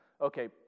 Okay